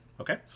Okay